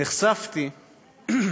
נחשף בפני